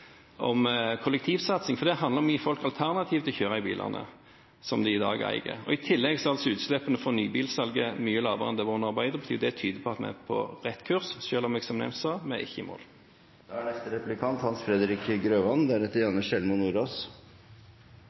om jernbanesatsing og kollektivsatsing, for det handler om å gi folk alternativ til å kjøre de bilene som de i dag eier. I tillegg er utslippene fra nybilsalget mye lavere enn de var under Arbeiderpartiets styre. Det tyder på at vi er på rett kurs, selv om vi – som jeg sa – ikke er i mål.